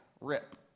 rip